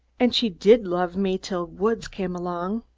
and she did love me till woods came along.